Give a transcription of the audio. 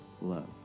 love